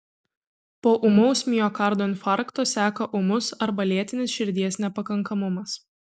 po ūmaus miokardo infarkto seka ūmus arba lėtinis širdies nepakankamumas